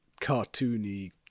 cartoony